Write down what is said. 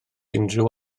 unrhyw